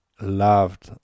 loved